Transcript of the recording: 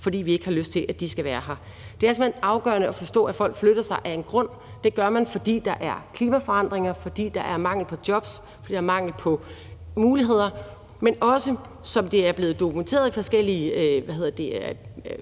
fordi vi ikke har lyst til, de skal være her. Det er simpelt hen afgørende at forstå, at folk flytter sig af en grund. Det gør man, fordi der er klimaforandringer, fordi der er mangel på jobs, og fordi der er mangel på muligheder, men også, som det er blevet dokumenteret i forskellige rapporter om,